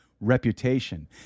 reputation